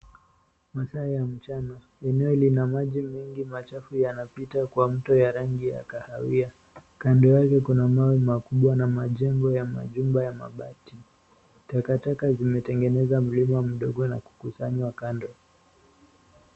Masaa ya mchana eneo lina maji mengi machafu yanapita kwa mto ya rangi ya kahawia, kando yake kuna mawe makubwa na majengo ya majumba ya mabati, takataka zimetengeneza mlima mdogo na kukusanywa kando.